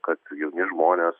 kad jauni žmonės